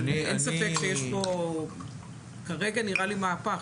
אין ספק שיש פה כרגע נראה לי מהפך.